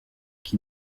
qui